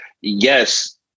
yes